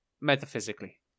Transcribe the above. metaphysically